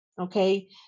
Okay